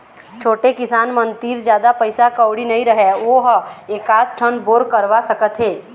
छोटे किसान मन तीर जादा पइसा कउड़ी नइ रहय वो ह एकात ठन बोर करवा सकत हे